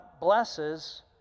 blesses